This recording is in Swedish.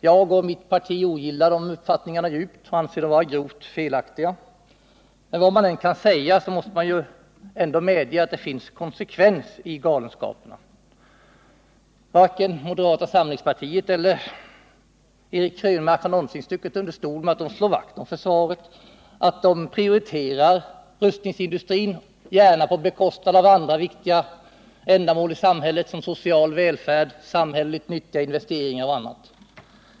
Jag och mitt parti ogillar verkligen deras åsikter; jag anser dem vara grovt felaktiga. Vad man än kan säga, så måste man ju medge att det finns en konsekvens i galenskaperna. Varken moderata samlingspartiet eller Eric Krönmark själv har någonsin stuckit under stol med att man slår vakt om försvaret och att man prioriterar rustningsindustrin — gärna på bekostnad av andra viktiga ändamål i samhället, exempelvis i vad gäller social välfärd och samhälleligt nyttiga investeringar.